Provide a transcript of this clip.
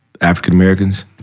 African-Americans